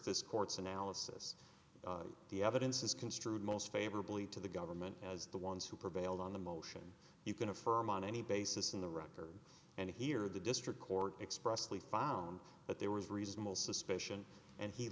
this court's analysis of the evidence is construed most favorably to the government as the ones who prevailed on the motion you can affirm on any basis in the record and here the district court expressly filed on that there was reasonable suspicion and he